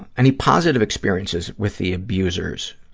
any positive experiences with the abusers?